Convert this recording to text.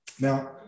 Now